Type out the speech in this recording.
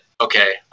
okay